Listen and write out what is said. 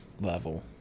level